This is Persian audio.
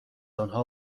آنها